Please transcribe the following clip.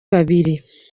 babiri